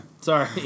Sorry